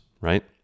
right